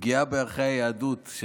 פגיעה בערכי היהדות.